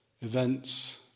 events